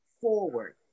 forward